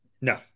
No